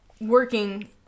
working